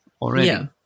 already